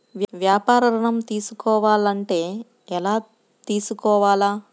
వ్యాపార ఋణం తీసుకోవాలంటే ఎలా తీసుకోవాలా?